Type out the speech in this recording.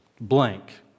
blank